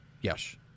Yes